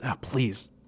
Please